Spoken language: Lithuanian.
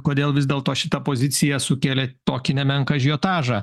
kodėl vis dėlto šita pozicija sukėlė tokį nemenką ažiotažą